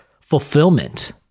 fulfillment